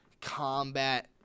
combat